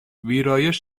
ویرایش